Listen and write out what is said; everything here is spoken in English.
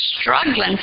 struggling